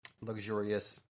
luxurious